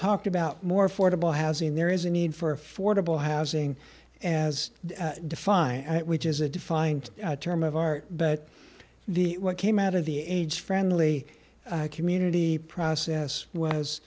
talked about more affordable housing there is a need for affordable housing as defined which is a defined term of art but the what came out of the aids friendly community process was